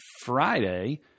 Friday